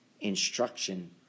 instruction